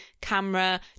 camera